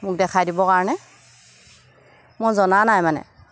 মোক দেখাই দিবৰ কাৰণে মই জনা নাই মানে